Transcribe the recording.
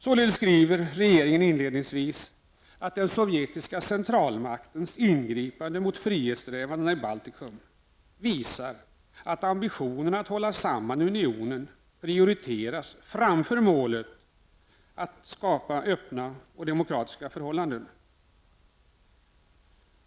Således skriver regeringen inledningsvis att den sovjetiska centralmaktens ingripande mot frihetssträvandena i Baltikum visar att ambitionerna att hålla samman unionen prioriteras framför målet att skapa öppna och demokratiska förhållanden.